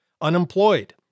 unemployed